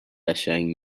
قشنگ